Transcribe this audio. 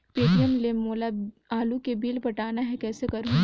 Paytm ले मोला आलू के बिल पटाना हे, कइसे करहुँ?